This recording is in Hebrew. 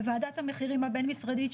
ועדת המחירים הבין-משרדית,